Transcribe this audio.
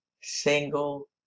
single